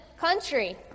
country